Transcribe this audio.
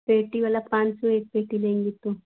पेटी वाला पाँच सौ एक पेटी लेंगी तो